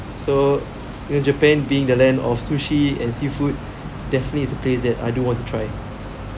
so you know japan being the land of sushi and seafood definitely is a place that I do want to try